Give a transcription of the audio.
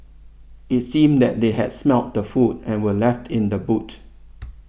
it seemed that they had smelt the food and were left in the boot